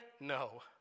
no